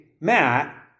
Matt